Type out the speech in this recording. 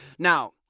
Now